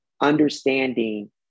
Understanding